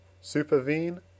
supervene